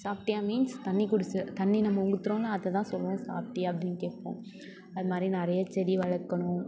சாப்பிட்டீயா means தண்ணி குடிச்சு தண்ணி நம்ம ஊற்றுறோம்ல அதைதான் சொல்லுவோம் சாப்பிட்டீயா அப்படினு கேட்போம் அது மாதிரி நிறைய செடி வளர்க்கணும்